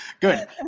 Good